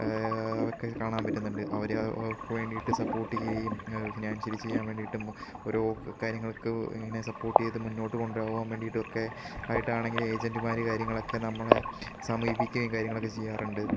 അതൊക്കെ കാണാൻ പറ്റുന്നുണ്ട് അവരെ അവർക്ക് വേണ്ടിയിട്ട് സപ്പോർട്ട് ചെയ്യുകയും ഫിനാൻഷ്യലി ചെയ്യാൻ വേണ്ടിയിട്ടും ഓരോ കാര്യങ്ങളൊക്കെ ഇങ്ങനെ സപ്പോർട്ട് ചെയ്ത് മുന്നോട്ട് കൊണ്ടു പോകാൻ വേണ്ടിയിട്ടൊക്കെ ആയിട്ടാണെങ്കിലും ഏജൻറ്റ്മാർ കാര്യങ്ങളൊക്കെ നമ്മളെ സമീപിക്കുകയും കാര്യങ്ങളൊക്കെ ചെയ്യാറുണ്ട്